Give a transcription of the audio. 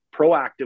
proactive